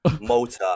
motor